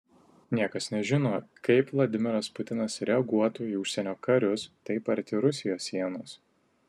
niekas nežino kaip vladimiras putinas reaguotų į užsienio karius taip arti rusijos sienos